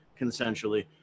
consensually